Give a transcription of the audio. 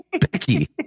Becky